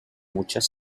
muchas